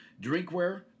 drinkware